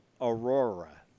Aurora